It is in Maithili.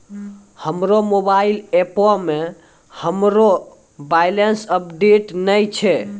हमरो मोबाइल एपो मे हमरो बैलेंस अपडेट नै छै